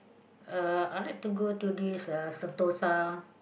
uh I like to go to this uh Sentosa